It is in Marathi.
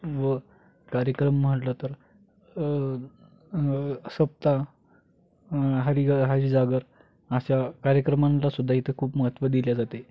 व कार्यक्रम म्हटलं तर सप्ताह हरिग हरिजागर अशा कार्यक्रमांलासुद्धा इथे खूप महत्त्व दिल्या जाते